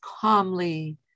calmly